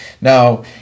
now